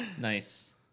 Nice